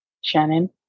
Shannon